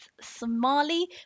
Somali